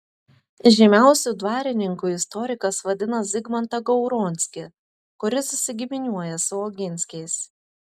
žymiausiu dvarininku istorikas vadina zigmantą gauronskį kuris susigiminiuoja su oginskiais